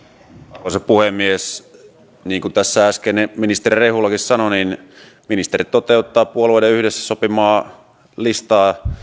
arvoisa puhemies niin kuin tässä äsken ministeri rehulakin sanoi ministeri toteuttaa puolueiden yhdessä sopimaa listaa